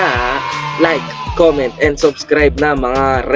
like comment and subscribe